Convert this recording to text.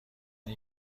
این